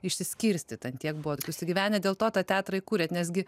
išsiskirstyti ant tiek buvo susigyvenę dėl to tą teatrą įkūrėt nes gi